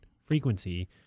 frequency